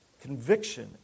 conviction